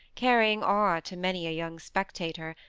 carrying awe to many a young spectator,